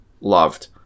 loved